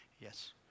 Yes